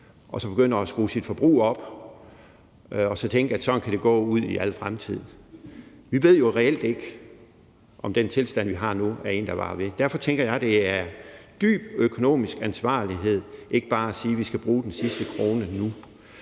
man har fået ekstra penge, og så tænker, at sådan kan det gå ud i al fremtid. Vi ved jo reelt ikke, om den tilstand, vi har nu, er en, der varer ved. Derfor tænker jeg, at det er dyb økonomisk ansvarlighed ikke bare at sige, at vi skal bruge den sidste krone nu.